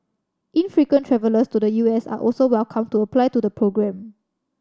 infrequent travellers to the U S are also welcome to apply to the programme